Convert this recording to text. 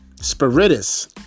Spiritus